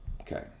Okay